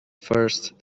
first